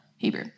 Hebrew